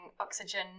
oxygen